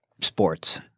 sports